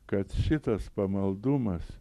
kad šitas pamaldumas